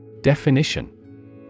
Definition